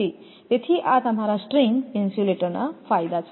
તેથી આ તમારા સ્ટ્રિંગ ઇન્સ્યુલેટરના ફાયદા છે